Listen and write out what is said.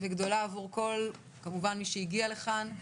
וגדולה עבור כל כמובן מי שהגיע לכאן.